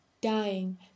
dying